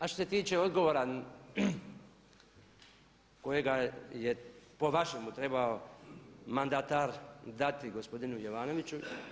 A što se tiče odgovora kojega je po vašemu trebao mandatar dati gospodinu Jovanoviću.